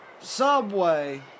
Subway